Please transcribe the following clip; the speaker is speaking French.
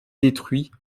détruit